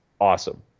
awesome